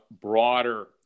broader